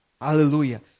Hallelujah